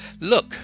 Look